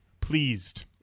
Pleased